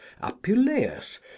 apuleius